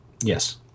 Yes